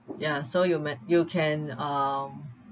ya so you met~ you can um